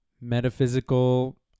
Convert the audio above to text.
metaphysical